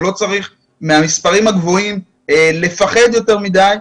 שלא צריך לפחד מהמספרים הגבוהים יותר מדי,